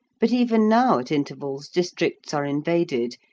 but even now at intervals districts are invaded,